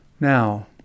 Now